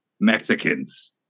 Mexicans